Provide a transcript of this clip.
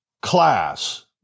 class